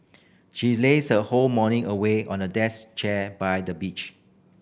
she lazed her whole morning away on a deck chair by the beach